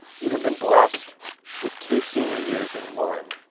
you have been blessed with two senior years in one,